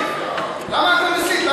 למה אתה מסית?